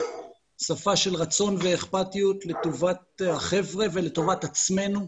שפה של רצון ואכפתיות לטובת החבר'ה ולטובת עצמנו,